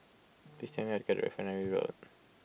please get Refinery Road